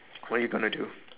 what you gonna do